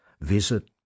Visit